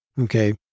Okay